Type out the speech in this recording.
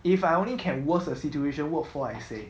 if I only can worse situation what for I say